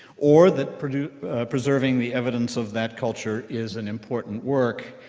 or that preserving preserving the evidence of that culture is an important work,